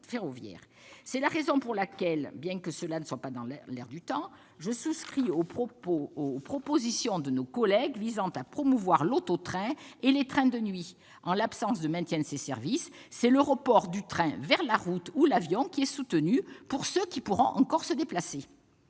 C'est la raison pour laquelle, bien que cela ne soit pas dans l'air du temps, je souscris aux propositions de nos collègues visant à promouvoir l'auto-train et les trains de nuit. En l'absence de maintien de ces services, c'est le report du train vers la route ou l'avion qui est soutenu, pour ceux qui pourront encore se déplacer.